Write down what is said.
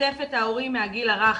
לשתף את ההורים מהגיל הרך,